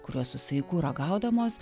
kuriuos su saiku ragaudamos